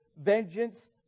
vengeance